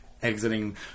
Exiting